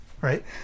Right